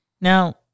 Now